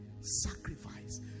sacrifice